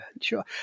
Sure